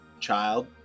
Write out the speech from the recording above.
child